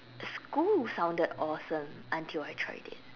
school sounded awesome until I tried it